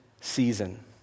season